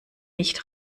nicht